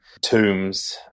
tombs